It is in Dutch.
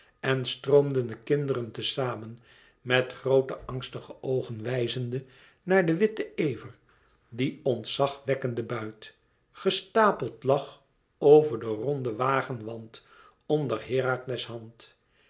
en stroomden de kinderen te zamen met groote angstige oogen wijzende naar den witten ever die ontzag wekkende buit gestapeld lag over den ronden wagenwand onder herakles hand